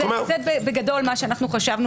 זה בגדול מה שאנחנו חשבנו.